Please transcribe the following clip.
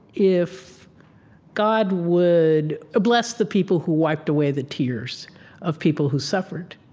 if god would bless the people who wiped away the tears of people who suffered.